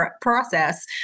process